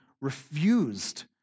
refused